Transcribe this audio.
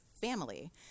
family